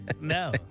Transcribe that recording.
No